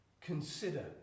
consider